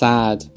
Sad